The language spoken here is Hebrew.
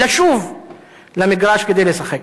לשוב למגרש כדי לשחק.